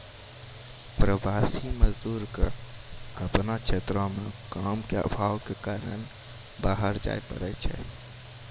प्रवासी मजदूर क आपनो क्षेत्र म काम के आभाव कॅ कारन बाहर जाय पड़ै छै